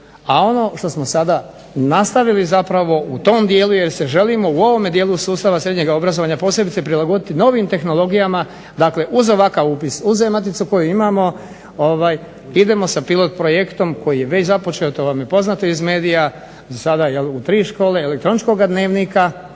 A ono što smo sada nastavili zapravo u tom dijelu jer se želimo u ovome dijelu sustavu srednjega obrazovanja posebice prilagoditi novim tehnologijama, dakle uz ovakav upis, uz E-maticu koju imamo idemo sa pilot projektom koji je već započeo, to vam je poznato iz medija zasada u tri škole elektroničkoga dnevnika.